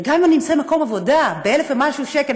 וגם אם אני אמצא עבודה ב-1,000 ומשהו שקל,